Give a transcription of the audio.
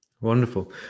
Wonderful